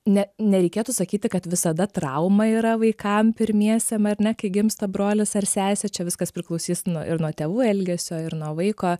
ne nereikėtų sakyti kad visada trauma yra vaikam pirmiesiem ar ne kai gimsta brolis ar sesė čia viskas priklausys no ir nuo tėvų elgesio ir nuo vaiko